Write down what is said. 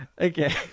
okay